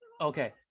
okay